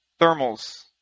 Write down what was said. Thermals